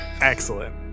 Excellent